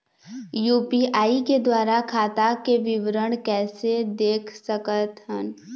UPI के द्वारा खाता के विवरण कैसे देख सकत हन?